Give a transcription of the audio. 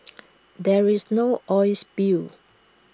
there is no oil spill